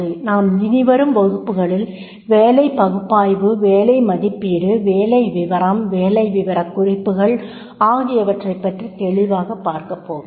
நாம் இனிவரும் வகுப்புகளில் வேலைப் பகுப்பாய்வு வேலை மதிப்பீடு வேலை விவரம் வேலை விவரக்குறிப்புகள் ஆகியவற்றைப் பற்றி தெளிவாகப் பார்க்கப்போகிறோம்